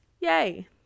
Yay